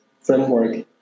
framework